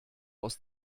aus